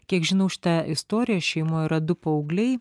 kiek žinau šitą istoriją šeimoj yra du paaugliai